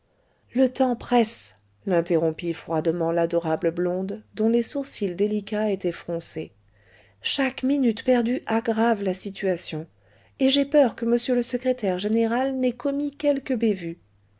le temps presse l'interrompit froidement l'adorable blonde dont les sourcils délicats étaient froncés chaque minute perdue aggrave la situation et j'ai peur que m le secrétaire général n'ait commis quelque bévue